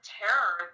terror